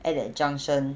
at that junction